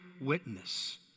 witness